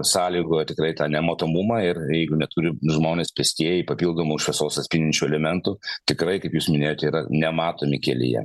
sąlygoja tikrai tą nematomumą ir jeigu neturi žmonės pėstieji papildomų šviesos atspindinčių elementų tikrai kaip jūs minėjot yra nematomi kelyje